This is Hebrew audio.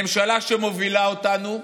ממשלה שמובילה אותנו,